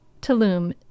Tulum